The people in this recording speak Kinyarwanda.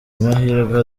amahirwe